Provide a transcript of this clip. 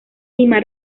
lima